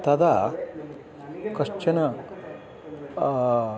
तदा कश्चन